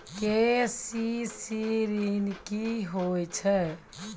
KCC ॠन C होय छै?